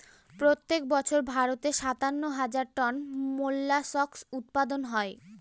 প্রত্যেক বছর ভারতে সাতান্ন হাজার টন মোল্লাসকস উৎপাদন হয়